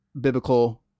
biblical